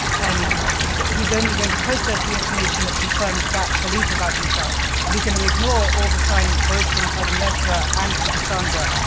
and he's only going to process the information that confirms that belief about himself. and he's going to ignore all the signs, both from clytemnestra and from cassandra,